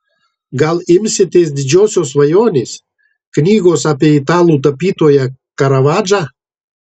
gal imsitės didžiosios svajonės knygos apie italų tapytoją karavadžą